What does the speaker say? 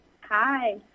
Hi